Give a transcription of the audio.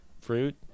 fruit